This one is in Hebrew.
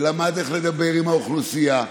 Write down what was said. ולמד איך לדבר עם האוכלוסייה.